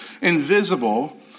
invisible